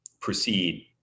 proceed